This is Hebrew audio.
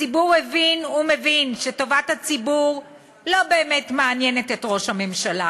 הציבור הבין ומבין שטובת הציבור לא באמת מעניינת את ראש הממשלה